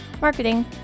marketing